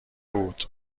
بود